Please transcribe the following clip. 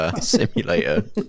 simulator